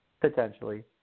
Potentially